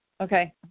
Okay